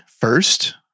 first